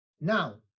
Now